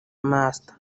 master